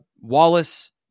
Wallace